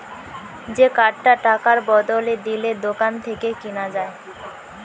যে কার্ডটা টাকার বদলে দিলে দোকান থেকে কিনা যায়